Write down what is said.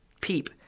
peep